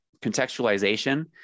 contextualization